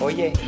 Oye